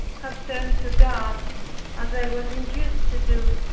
have turned to god as i was induced to do,